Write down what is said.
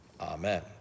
Amen